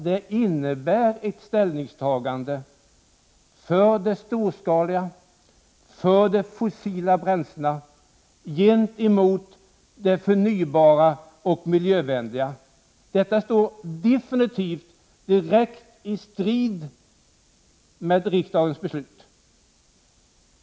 Det innebär ett ställningstagande för det storskaliga och för de fossila bränslena gentemot det förnybara och miljövänliga, och det står direkt och definitivt i strid med riksdagens beslut.